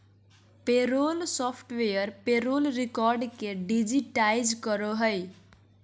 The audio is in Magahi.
पेरोल सॉफ्टवेयर पेरोल रिकॉर्ड के डिजिटाइज करो हइ